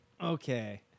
okay